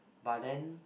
but then